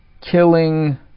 killing